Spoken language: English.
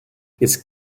its